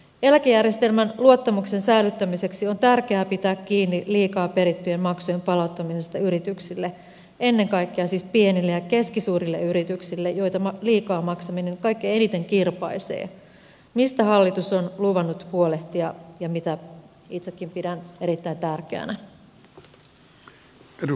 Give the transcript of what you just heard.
eläkejärjestelmän luottamuksen säilyttämiseksi on tärkeää pitää kiinni liikaa perittyjen maksujen palauttamisesta yrityksille ennen kaikkea siis pienille ja keskisuurille yrityksille joita liikaa maksaminen kaikkein eniten kirpaisee mistä hallitus on luvannut huolehtia ja mitä itsekin pidän erittäin tärkeänä